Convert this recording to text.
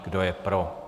Kdo je pro?